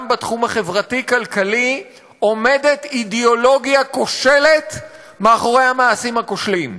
גם בתחום החברתי-כלכלי עומדת אידיאולוגיה כושלת מאחורי המעשים הכושלים.